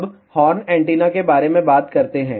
अब horn antenna के बारे में बात करते हैं